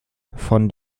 von